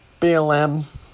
BLM